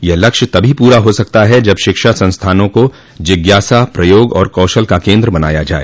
यह लक्ष्य तभी पूरा हो सकता है जब शिक्षा संस्थानों को जिज्ञासा प्रयोग और कौशल का केन्द्र बनाया जाए